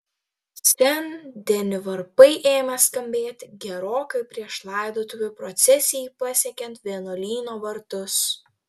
sen deni varpai ėmė skambėti gerokai prieš laidotuvių procesijai pasiekiant vienuolyno vartus